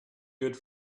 good